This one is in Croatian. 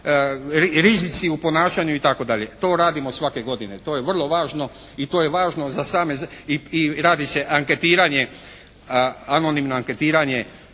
rizici u ponašanju itd., to radimo svake godine. To je vrlo važno i to je važno za same, i radi se anonimno anketiranje